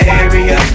area